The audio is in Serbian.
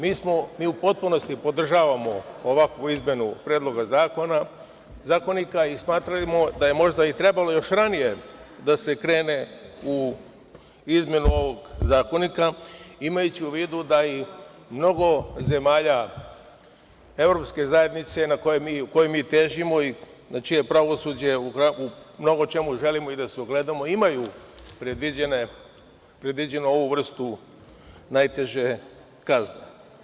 Mi u potpunosti podržavamo ovakvu izmenu Predloga zakonika i smatramo da je možda trebalo još ranije da se krene u izmenu ovog zakonika, imajući u vidu da mnogo zemalja EU, kojoj mi težimo i na čije pravosuđe u mnogo čemu želimo da se ugledamo, ima predviđenu ovu vrstu najteže kazne.